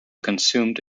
consumed